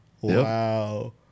Wow